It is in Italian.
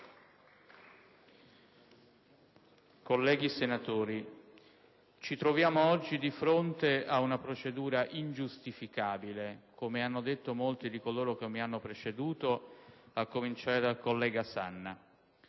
colleghi senatori, ci troviamo oggi di fronte a una procedura ingiustificabile, come hanno detto molti colleghi che mi hanno preceduto, a cominciare dal collega Sanna.